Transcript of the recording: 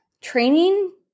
training